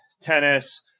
tennis